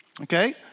okay